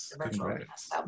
congrats